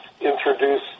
introduce